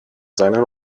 seinen